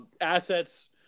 assets